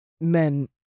men